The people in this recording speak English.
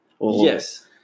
Yes